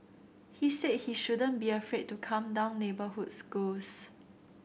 he said he shouldn't be afraid to come down neighbourhood schools